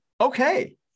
Okay